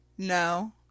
No